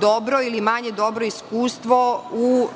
dobro ili manje dobro iskustvo u